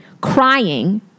crying